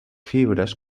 fibres